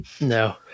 No